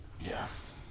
Yes